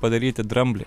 padaryti dramblį